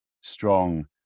strong